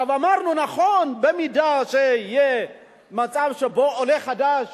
אמרנו, נכון, אם יהיה מצב שבו עולה חדש